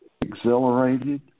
Exhilarated